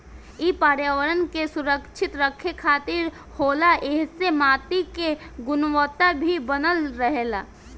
इ पर्यावरण के सुरक्षित रखे खातिर होला ऐइसे माटी के गुणवता भी बनल रहेला